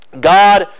God